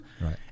right